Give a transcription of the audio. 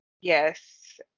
yes